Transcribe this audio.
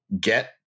get